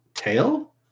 tail